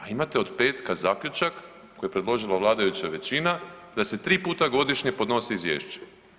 A imate od petka zaključak koji je predložila vladajuća većina, da se tri puta godišnje podnosi izvješće.